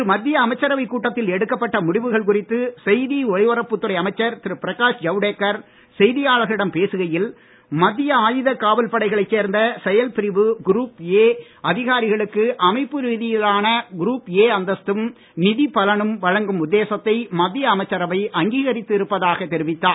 இன்று மத்திய அமைச்சரவைக் கூட்டத்தில் எடுக்கப்பட்ட முடிவுகள் குறித்து செய்தி ஒலிபரப்புத் துறை அமைச்சர் திரு பிரகாஷ் ஜவ்டேகர் செய்தியாளர்களிடம் பேசுகையில் மத்திய ஆயுதக் காவல் படைகளைச் சேர்ந்த செயல் பிரிவு குரூப் ஏ அதிகாரிகளுக்கு அமைப்பு ரீதியிலான குரூப் ஏ அந்தஸ்தும் நிதிப் பலனும் வழங்கும் உத்தேசத்தை மத்திய அமைச்சரவை அங்கீகரித்து இருப்பதாக தெரிவித்தார்